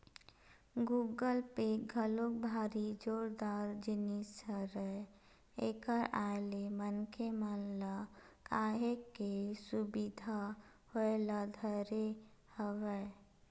Google Pay घलोक भारी जोरदार जिनिस हरय एखर आय ले मनखे मन ल काहेच के सुबिधा होय ल धरे हवय